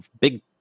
big